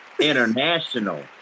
international